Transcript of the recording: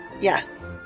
Yes